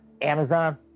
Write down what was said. Amazon